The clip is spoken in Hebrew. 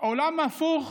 עולם הפוך